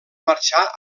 marxar